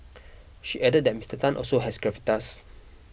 she added that Mister Tan also has gravitas